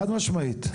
חד משמעית.